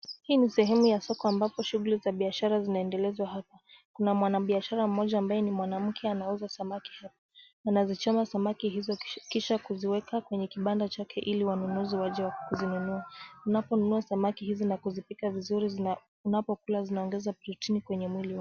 Hii ni sehemu ya soko ambapo shughuli za biashara zinaendelezwa hapa. Kuna mwanabiashara mmoja ambaye ni mwanamke anauza samaki hapa, anazichoma samaki hizo kisha kuziweka kwenye kibanda chake ili wanunuzi waje wa kuzinunua, unaponunua samaki hizi na kuzipika vizuri zina unapokula zinaongeza protini kwenye mwili wako.